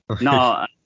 No